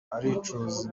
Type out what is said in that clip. aricuza